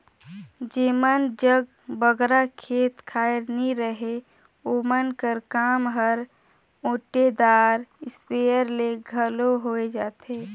जेमन जग बगरा खेत खाएर नी रहें ओमन कर काम हर ओटेदार इस्पेयर ले घलो होए जाथे